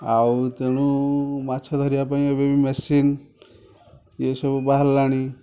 ଆଉ ତେଣୁ ମାଛ ଧରିବା ପାଇଁ ଏବେ ବି ମେସିନ୍ ଇଏ ସବୁ ବାହାରିଲାଣି